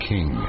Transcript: King